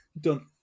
done